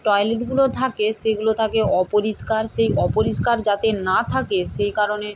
টয়লেটগুলো থাকে সেগুলো থাকে অপরিষ্কার সেই অপরিষ্কার যাতে না থাকে সেই কারণে